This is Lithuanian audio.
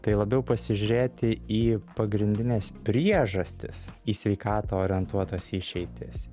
tai labiau pasižiūrėti į pagrindines priežastis į sveikatą orientuotas išeitis